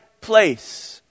place